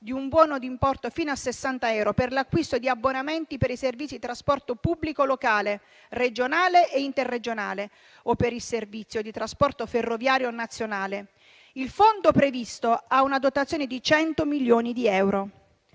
di un buono di importo fino a 60 euro per l'acquisto di abbonamenti per i servizi di trasporto pubblico locale, regionale e interregionale o per il servizio di trasporto ferroviario nazionale. Il fondo previsto ha una dotazione di 100 milioni di euro.